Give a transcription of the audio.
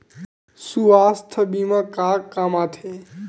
सुवास्थ बीमा का काम आ थे?